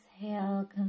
exhale